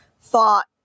thought